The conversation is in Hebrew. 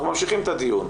אנחנו ממשיכים את הדיון.